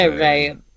right